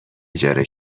اجاره